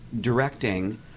directing